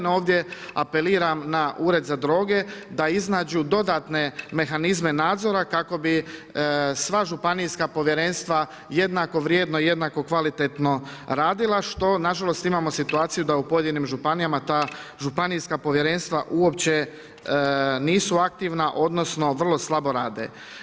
No ovdje apeliram na Ured za droge da iznađu dodatne mehanizme nadzora kako bi sva županijska povjerenstva jednako vrijedno i jednako kvalitetno radila što nažalost imamo situaciju da u pojedinim županijama ta županijska povjerenstva uopće nisu aktivna odnosno vrlo slabo rade.